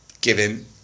given